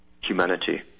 humanity